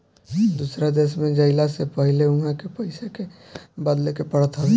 दूसरा देश में जइला से पहिले उहा के पईसा के बदले के पड़त हवे